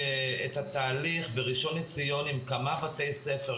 התהליך בראשון לציון בכמה בתי ספר,